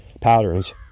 patterns